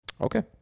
Okay